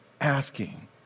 asking